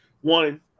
One